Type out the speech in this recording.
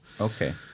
Okay